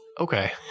Okay